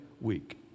week